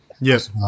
Yes